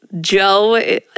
Joe